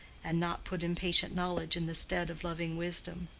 and not put impatient knowledge in the stead of loving wisdom.